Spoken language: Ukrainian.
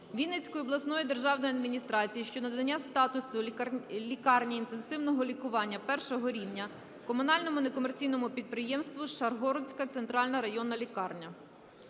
Вінницької обласної державної адміністрації щодо надання статусу лікарні інтенсивного лікування першого рівня комунальному некомерційному підприємству "Шаргородська центральна районна лікарня".